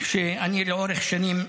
שאני לאורך שנים מקדם.